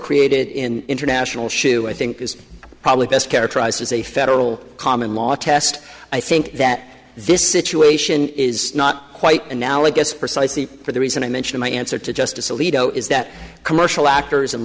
created in international show i think is probably best characterized as a federal common law test i think that this situation is not quite analogous precisely for the reason i mentioned my answer to justice alito is that commercial actors and